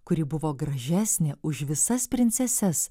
kuri buvo gražesnė už visas princeses